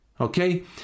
okay